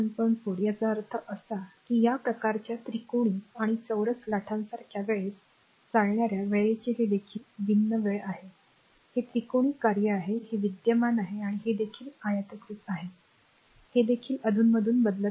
4 याचा अर्थ असा की या प्रकारच्या त्रिकोणी आणि चौरस लाटासारख्या वेळेस चालणार्या वेळेचे हे देखील भिन्न वेळ आहे हे त्रिकोणी कार्य आहे हे विद्यमान आहे आणि हे देखील आयताकृती आहे हे देखील अधूनमधून बदलत असते